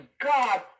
God